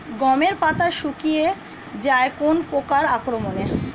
গমের পাতা শুকিয়ে যায় কোন পোকার আক্রমনে?